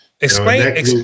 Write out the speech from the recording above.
Explain